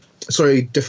sorry